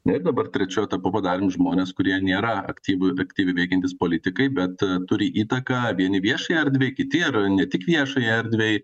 jei dabar trečiota papagalink žmonės kurie nėra aktyvių efektyviai veikiantys politikai bet turi įtaką vieni viešai erdvei kiti ar ne tik viešai erdvei